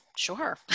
Sure